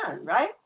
right